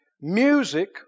Music